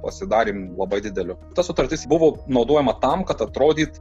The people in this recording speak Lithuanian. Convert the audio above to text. pasidarėm labai didelio ta sutartis buvo naudojama tam kad atrodyt